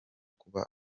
kuba